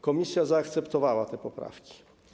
Komisja zaakceptowała te poprawki.